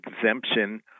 exemption